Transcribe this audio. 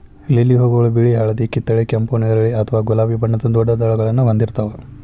lily ಹೂಗಳು ಬಿಳಿ, ಹಳದಿ, ಕಿತ್ತಳೆ, ಕೆಂಪು, ನೇರಳೆ ಅಥವಾ ಗುಲಾಬಿ ಬಣ್ಣದ ದೊಡ್ಡ ದಳಗಳನ್ನ ಹೊಂದಿರ್ತಾವ